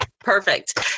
perfect